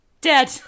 Dead